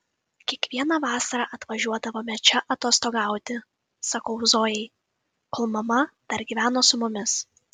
kiekvieną vasarą atvažiuodavome čia atostogauti sakau zojai kol mama dar gyveno su mumis